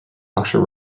auction